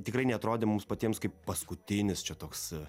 tikrai neatrodė mums patiems kaip paskutinis čia toks